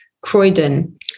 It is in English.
Croydon